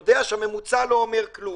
יודע שהממוצע לא אומר כלום.